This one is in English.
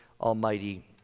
Almighty